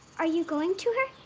are you going to her?